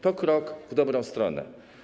To krok w dobrą stronę.